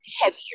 heavier